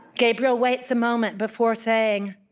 gabriel waits a moment before saying,